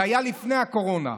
זה היה לפני הקורונה.